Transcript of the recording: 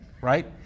right